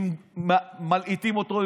מלעיטים אותו.